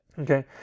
Okay